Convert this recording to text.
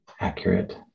accurate